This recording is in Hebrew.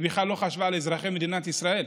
היא בכלל לא חשבה על אזרחי מדינת ישראל.